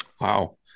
Wow